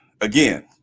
again